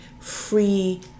free